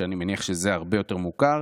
שאני מניח שזה הרבה יותר מוכר,